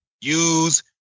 use